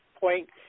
point